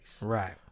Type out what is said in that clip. Right